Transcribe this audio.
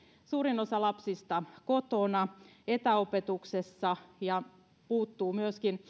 suurin osa lapsista kotona etäopetuksessa ja heiltä puuttuu myöskin